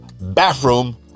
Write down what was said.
Bathroom